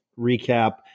recap